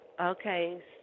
Okay